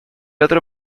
otro